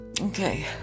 Okay